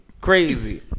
Crazy